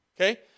Okay